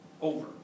over